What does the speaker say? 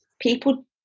people